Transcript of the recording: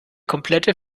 komplette